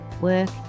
work